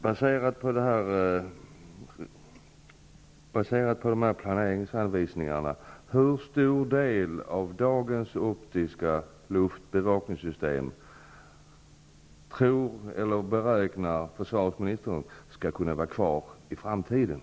Med utgångspunkt i planeringsanvisningarna, hur stor del av dagens optiska luftbevakningssystem beräknar försvarsministern skall kunna vara kvar i framtiden?